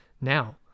now